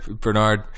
Bernard